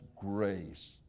grace